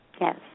Yes